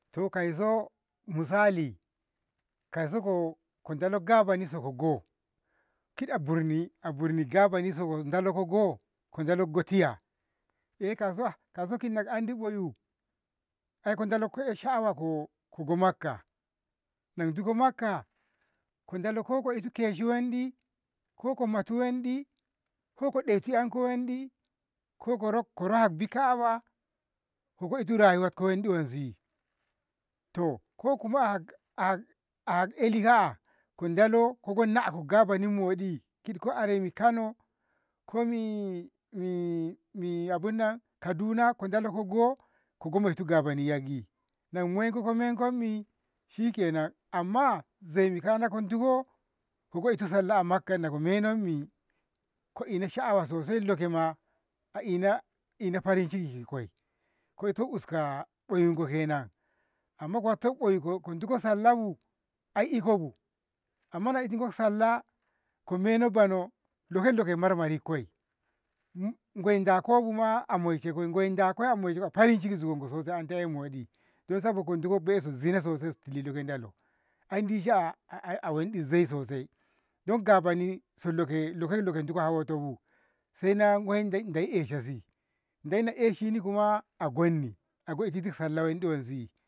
To kauso misali, kausiko kon dalo gabaniso kogo kiti a burunni- aburunni gabaniso ko dalo kogo ko kogo, ko dalo goki tiya kauso kauso kina andi oyu ai ko dalo ko eh sha'awako kogo Makkah, na dukko Makkah ko dale ko ko'ito keshu wanɗi ko komutu wanɗi ko koɗetu wanɗi ko korahakbi Ka'aba ko ko'itu rayuwatko wanɗi wanzsi to ko kuma ahak ahak ahak ƴali ka'a ko dalo go naku gabani moɗi kid ko aremi Kano, komi mi Kaduna ko dalo kogo, kogo metu gabani yaggi. Na moyenko ko menkomi shikenan amma zeini nako duko kogo itu sallah a Makkah na ko menomi ko ina sha'awa sosai lokema a ina- ina farin ciki kikoi, ko itu uska oyunko kenan amma ko hafta oyiko ko duko sallah bu ai iko bu amma na ko iko sallah ko meno beno loken lake ina marmarinkoye gwai da kobuma a moishekoi gwai dakoi a moishekoi farin ciki a zugonko so anta ei moɗi so saiko kunto babbaye so nzina sosai zogo so dalo andi a wanɗi zei sosai don gabani suleke luko luka diko hawotobu saina gwai dai eshashi, dai na eshini kuma a gonni, ago itu sallah wanɗi wanzsi.